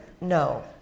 no